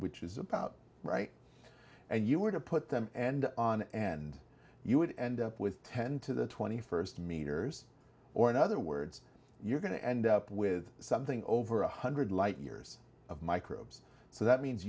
which is about right and you were to put them and on and you would end up with ten to the twenty first meters or in other words you're going to end up with something over one hundred light years of microbes so that means